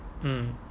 mm